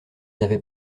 n’avait